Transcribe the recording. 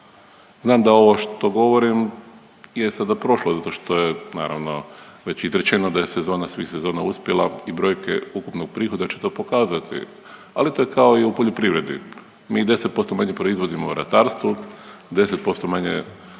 Znam da ovo što govorim je sada prošlost zato što je naravno već izrečeno da je sezona svih sezona uspjela i brojke ukupnog prihoda će to pokazati, ali to je kao u poljoprivredi. Mi 10% manje proizvodimo u ratarstvu, 10% manje